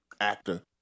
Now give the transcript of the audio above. actor